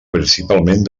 principalment